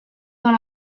dans